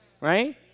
right